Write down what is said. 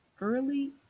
Early